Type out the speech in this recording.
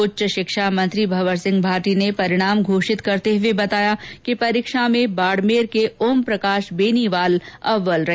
उच्च शिक्षा मंत्री भंवर सिंह भाटी ने परिणाम घोषित करते हुए बताया कि परीक्षा में बाड़मेर के ओमप्रकाश बेनीवाल अव्वल रहे